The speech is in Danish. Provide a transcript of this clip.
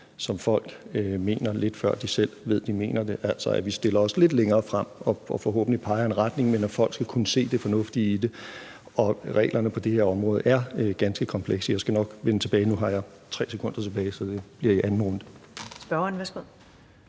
som folk mener, lidt før de selv ved, de mener det, altså at vi stiller os lidt længere frem og forhåbentlig peger i en retning, men at folk skal kunne se det fornuftige i det. Og reglerne på det her område er ganske komplekse, og jeg skal nok vende tilbage til det. Nu har jeg 3 sekunder tilbage, så det bliver i anden runde.